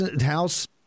House